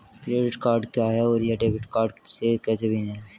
Credit card क्या है और यह डेबिट कार्ड से कैसे भिन्न है?